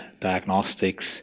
diagnostics